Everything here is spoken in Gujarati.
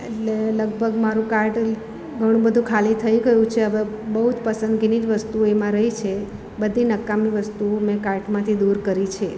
એટલે લગભગ મારું કાર્ટ ઘણું બધું ખાલી થઈ ગયું છે હવે બહુ જ પસંદગીની જ વસ્તુઓ એમાં રઈ છે બધી નકામી વસ્તુઓ મેં કાર્ટમાંથી દૂર કરી છે